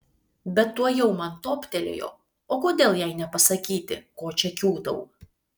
bet tuojau man toptelėjo o kodėl jai nepasakyti ko čia kiūtau